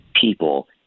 people